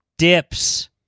Dips